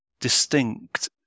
distinct